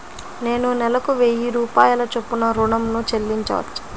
నేను నెలకు వెయ్యి రూపాయల చొప్పున ఋణం ను చెల్లించవచ్చా?